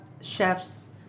chefs